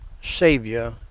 Savior